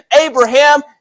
Abraham